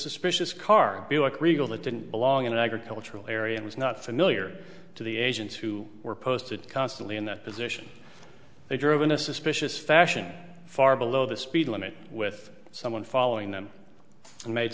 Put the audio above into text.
suspicious car buick regal that didn't belong in an agricultural area and was not familiar to the asians who were posted constantly in that position they drove in a suspicious fashion far below the speed limit with someone following them